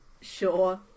Sure